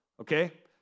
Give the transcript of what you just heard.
Okay